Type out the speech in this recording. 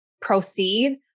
proceed